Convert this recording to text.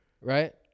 right